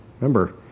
Remember